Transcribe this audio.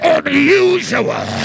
Unusual